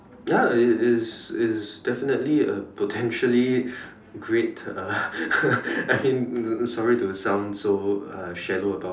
ya it's it's it's it's definitely a potentially great uh I mean sorry to sound uh so shallow about